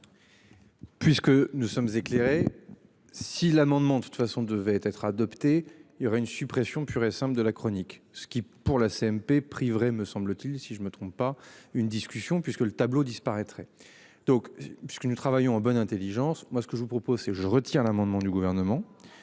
Puisque nous sommes éclairés. Si l'amendement de toute façon devait être adopté, il y aura une suppression pure et simple de la chronique, ce qui, pour la CMP priverait me semble-t-il si je me trompe pas une discussion puisque le tableau disparaîtrait. Donc, puisque nous travaillons en bonne Intelligence. Moi ce que je vous propose c'est, je retire l'amendement du gouvernement